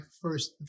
first